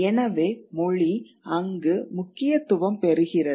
எனவே மொழி அங்கு முக்கியத்துவம் பெறுகிறது